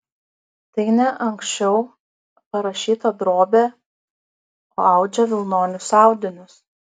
tai ne anksčiau parašyta drobė o audžia vilnonius audinius